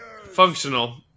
functional